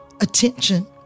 attention